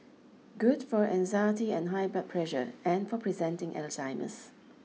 good for anxiety and high blood pressure and for preventing Alzheimer's